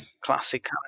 classic